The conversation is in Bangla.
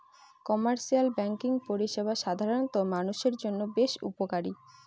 কমার্শিয়াল ব্যাঙ্কিং পরিষেবা সাধারণ মানুষের জন্য বেশ উপকারী